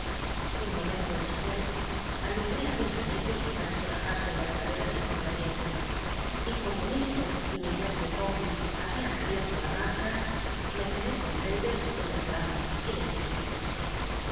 un momento dcspucs alumbaé á mis amigos para que bajasen la escalera sin conllatiempo y como ir y mistress iiicawbcr habian abierto la marcha me quedé con traddles en el tramo y le dije